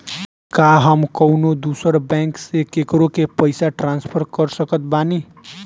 का हम कउनों दूसर बैंक से केकरों के पइसा ट्रांसफर कर सकत बानी?